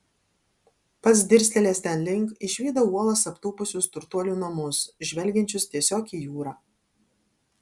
pats dirstelėjęs ten link išvydau uolas aptūpusius turtuolių namus žvelgiančius tiesiog į jūrą